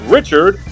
Richard